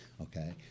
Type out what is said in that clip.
Okay